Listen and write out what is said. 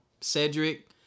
Cedric